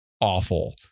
awful